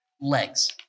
legs